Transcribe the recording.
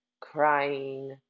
Crying